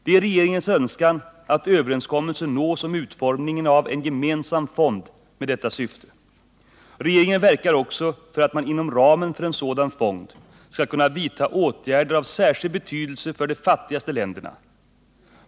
Det är regeringens önskan att överenskommelse nås om utformningen av en gemensam fond med detta syfte. Regeringen verkar också för att man inom ramen för en sådan fond skall kunna vidta åtgärder av särskild betydelse för de fattigaste länderna.